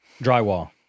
drywall